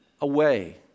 away